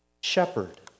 shepherd